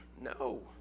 no